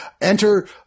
enter